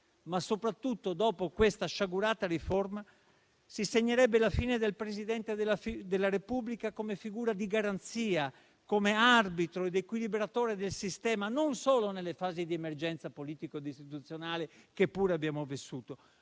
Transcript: Ma soprattutto, dopo questa sciagurata riforma, si segnerebbe la fine del Presidente della Repubblica come figura di garanzia, come arbitro ed equilibratore del sistema non solo nelle fasi di emergenza politica ed istituzionale che pure abbiamo vissuto.